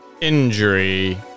injury